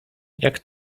jak